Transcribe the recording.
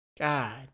God